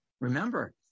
Remember